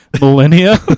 millennia